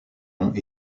long